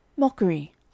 Mockery